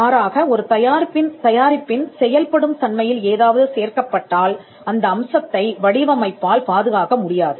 மாறாக ஒரு தயாரிப்பின் செயல்படும் தன்மையில் ஏதாவது சேர்க்கப்பட்டால் அந்த அம்சத்தை வடிவமைப்பால் பாதுகாக்க முடியாது